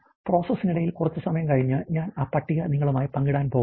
പ്രോസസ്സിനിടയിൽ കുറച്ച് സമയം കഴിഞ്ഞ് ഞാൻ ആ പട്ടിക നിങ്ങളുമായി പങ്കിടാൻ പോകുന്നു